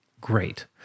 great